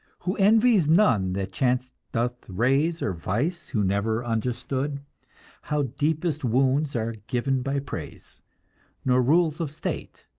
who envies none that chance doth raise or vice who never understood how deepest wounds are given by praise nor rules of state,